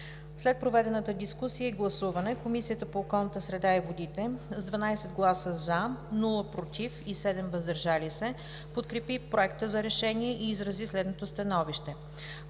След проведената дискусия и гласуване, Комисията по околната среда и водите, с 12 гласа „за”, без „против” и 7 „въздържал се”, подкрепи проекта за решение и изрази следното становище: